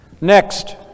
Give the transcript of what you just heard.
Next